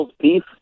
Beef